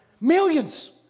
Millions